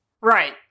Right